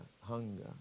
hunger